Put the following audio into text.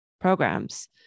programs